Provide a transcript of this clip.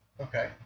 Okay